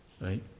Right